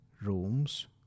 rooms